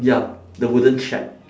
ya the wooden shack